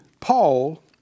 Paul